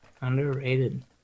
Underrated